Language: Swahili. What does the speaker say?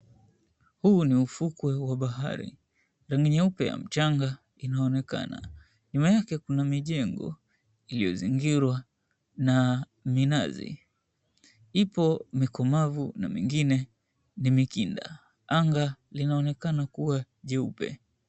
Huu ni ufukwe wa bahari, rangi nyeupe ya mchanga inaonekana. Nyuma yake kuna mijengo iliyozingirwa na minazi, ipo mikomavu na mingine ni mikinda. Anga linaonekana kuwa jeupe.